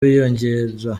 biyongera